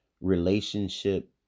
relationship